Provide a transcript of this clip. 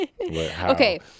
Okay